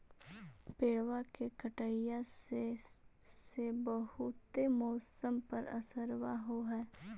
पेड़बा के कटईया से से बहुते मौसमा पर असरबा हो है?